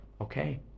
okay